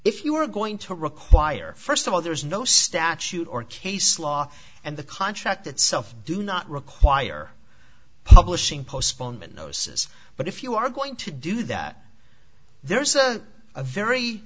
if you are going to require first of all there is no statute or case law and the contract itself do not require publishing postponement notices but if you are going to do that there is a a very